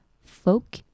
folk